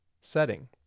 setting